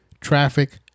traffic